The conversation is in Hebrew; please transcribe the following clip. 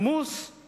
שבנימוס